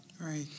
Right